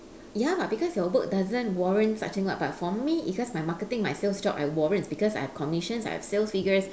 ya but because your work doesn't warrant such thing [what] but for me it's just my marketing my sales job I warrant because I have commissions I have sales figures